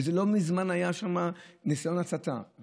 לא מזמן היה שם ניסיון הצתה.